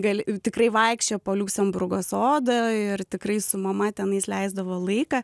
gali tikrai vaikščiojo po liuksemburgo sodą ir tikrai su mama tenais leisdavo laiką